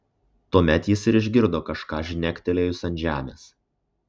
tuomet jis ir išgirdo kažką žnektelėjus ant žemės